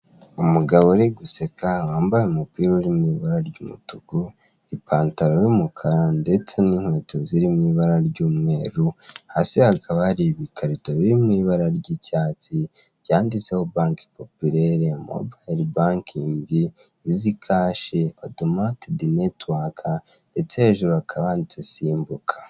Umugabo uri guseka wambaye umupira uri mu ibara ry'umutuku, ipataro y'umukara ndetse n'inkweto ziri mu ibara ry'umweru hasi hakaba hari ibikarito biri mu ibara ry'icyatsi byanditseho bake popireri mobiyire bakingi izi kashi otometidi netiwaka ndetse hejuru hakaba handitse simbuka.